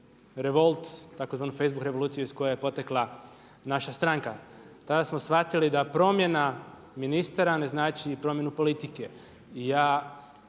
revoluciju iz koje je potekla naša stranka. Tada smo shvatili da promjena ministara ne znači i promjenu politike.